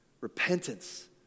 repentance